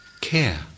care